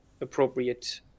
appropriate